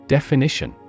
Definition